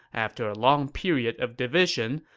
after a long period of division,